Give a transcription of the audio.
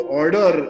order